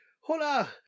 Hola